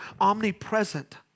omnipresent